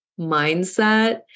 mindset